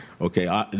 okay